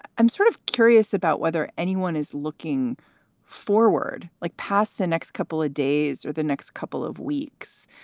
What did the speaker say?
i'm sort of curious about whether anyone is looking forward like past the next couple of days or the next couple of weeks.